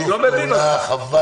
אני לא מבין אותך....